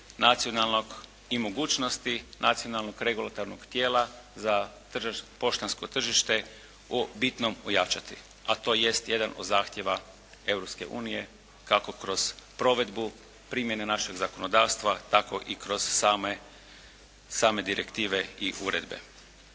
nacionalnog i mogućnosti nacionalnog regulatornog tijela za poštansko tržište u bitnom ojačati. A to jest jedan od zahtjeva Europske unije, kako kroz provedbu, primjene našeg zakonodavstva, tako i kroz same direktive i uredbe.